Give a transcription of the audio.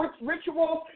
rituals